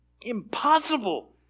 impossible